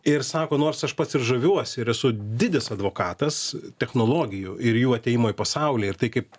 ir sako nors aš pats ir žaviuosi ir esu didis advokatas technologijų ir jų atėjimu į pasaulį ir tai kaip